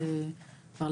בדיוק.